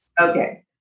Okay